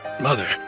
mother